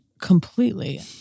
Completely